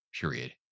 period